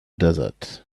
desert